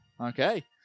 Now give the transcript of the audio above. okay